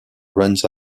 runs